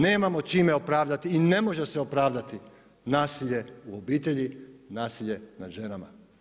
Nemamo čime opravdati i ne može se opravdati nasilje u obitelji, nasilje nad ženama.